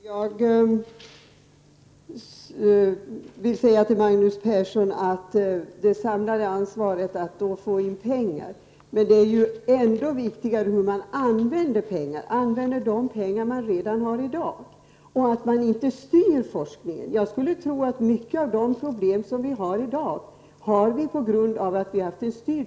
Herr talman! Jag vill till Magnus Persson säga att det i fråga om det samlade ansvaret gäller att få in pengar. Men det är ju ännu viktigare hur man använder de pengar som man redan har så att man inte styr forskningen. Jag skulle tro att många av de problem som vi i dag har, har vi på grund av att forskningen har varit styrd.